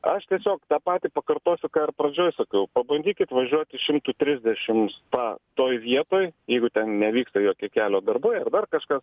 aš tiesiog tą patį pakartosiu ką pradžioj sakau pabandykit važiuoti šimtu trisdešimts pa toj vietoj jeigu ten nevyktų jokie kelio darbai ar dar kažkoks